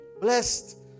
Blessed